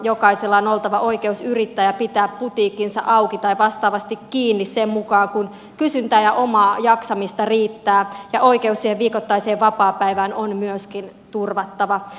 jokaisella on oltava oikeus yrittää ja pitää putiikkinsa auki tai vastaavasti kiinni sen mukaan kuin kysyntää ja omaa jaksamista riittää ja oikeus siihen viikoittaiseen vapaapäivään on myöskin turvattava